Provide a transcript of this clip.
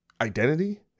identity